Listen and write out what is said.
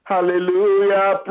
Hallelujah